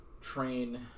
train